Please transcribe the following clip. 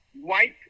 white